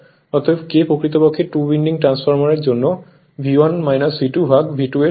অতএব K প্রকৃতপক্ষে two winding ট্রান্সফরমারের জন্য V1 V2 ভাগ V2 এর সমান